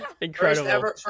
incredible